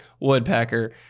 Woodpecker